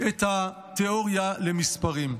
את התיאוריה למספרים.